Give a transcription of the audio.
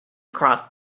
crossed